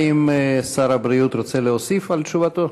האם שר הבריאות רוצה להוסיף על תשובתו?